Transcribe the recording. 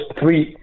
three